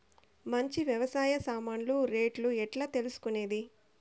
మంచి వ్యవసాయ సామాన్లు రేట్లు ఎట్లా తెలుసుకునేది?